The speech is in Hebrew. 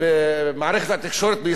ובמערכת התקשורת בישראל